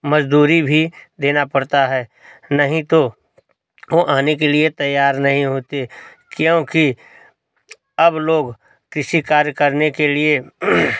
मजदूरी भी देना पड़ता है नहीं तो ओ आने के लिए तैयार नहीं होते क्योंकि अब लोग किसी कार्य करने के लिए